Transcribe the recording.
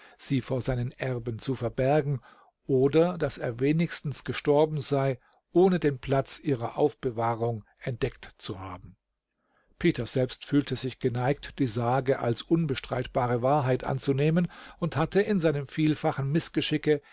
sie vor seinen erben zu verbergen oder daß er wenigstens gestorben sei ohne den platz ihrer aufbewahrung entdeckt zu haben peter selbst fühlte sich geneigt die sage als unbestreitbare wahrheit anzunehmen und hatte in seinem vielfachen mißgeschicke